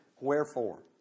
wherefore